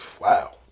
Wow